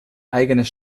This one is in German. eigenes